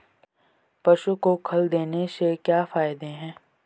पशु को खल देने से क्या फायदे हैं?